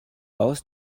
aus